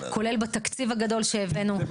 כולל בתקציב הגדול שהבאנו,